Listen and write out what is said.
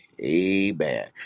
Amen